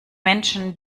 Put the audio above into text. menschen